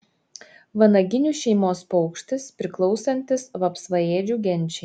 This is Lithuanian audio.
vanaginių šeimos paukštis priklausantis vapsvaėdžių genčiai